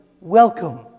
welcome